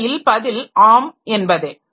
உண்மையில் பதில் ஆம் என்பதே